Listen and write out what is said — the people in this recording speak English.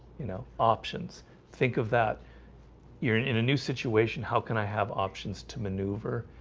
you know options think of that you're in in a new situation. how can i have options to maneuver?